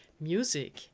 music